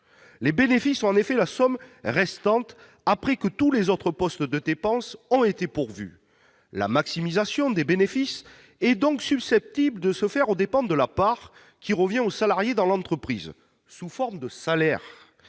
Les bénéfices sont en effet la somme restante après que tous les autres postes de dépenses ont été pourvus. La maximisation des bénéfices est donc susceptible de se faire aux dépens de la part qui revient aux salariés dans l'entreprise sous forme de salaires,